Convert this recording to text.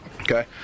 Okay